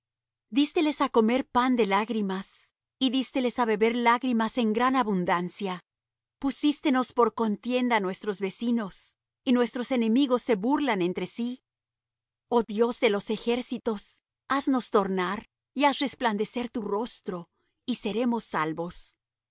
dísteles á comer pan de lágrimas y dísteles á beber lágrimas en gran abundancia pusístenos por contienda á nuestros vecinos y nuestros enemigos se burlan entre sí oh dios de los ejércitos haznos tornar y haz resplandecer tu rostro y seremos salvos